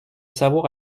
savoir